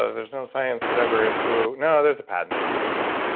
ah there's no science. whatever. it's woo. no. there's a patent. it's an old one,